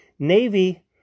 Navy